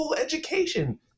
education